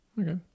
Okay